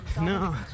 No